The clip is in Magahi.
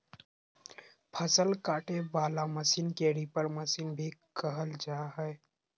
फसल काटे वला मशीन के रीपर मशीन भी कहल जा हइ